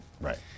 Right